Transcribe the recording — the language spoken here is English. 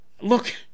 Look